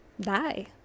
die